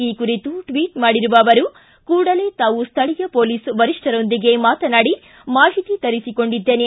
ಈ ಕುರಿತು ಟ್ವಿಚ್ ಮಾಡಿರುವ ಅವರು ಕೂಡಲೇ ತಾವು ಸ್ವಳೀಯ ಪೊಲೀಸ್ ವರಿಷ್ಠರೊಂದಿಗೆ ಮಾತನಾಡಿ ಮಾಹಿತಿ ತರಿಸಿಕೊಂಡಿದ್ದೇನೆ